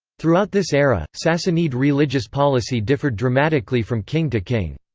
throughout this era, sassanid religious policy differed dramatically from king to king.